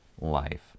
life